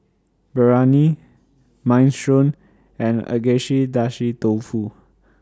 Biryani Minestrone and Agedashi Dofu